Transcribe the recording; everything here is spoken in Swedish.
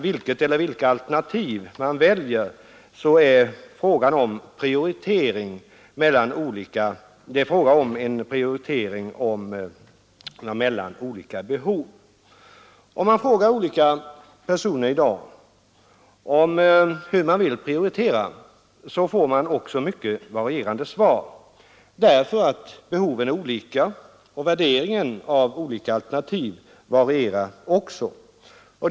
Vilket eller vilka alternativ man väljer är en fråga om prioritering mellan olika behov. Om man frågar olika personer i dag hur de vill prioritera får man också mycket varierande svar därför att behoven är olika, och värderingen av olika alternativ varierar även den.